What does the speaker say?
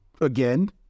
again